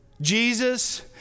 Jesus